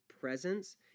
presence